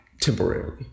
temporarily